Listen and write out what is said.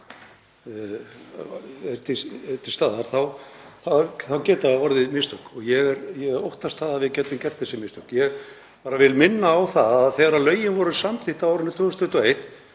þá geti orðið mistök. Ég óttast að við gætum gert þessi mistök. Ég vil minna á að þegar lögin voru samþykkt á árinu 2021